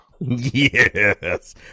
Yes